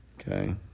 Okay